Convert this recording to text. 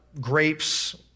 grapes